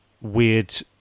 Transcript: weird